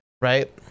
right